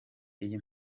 iyi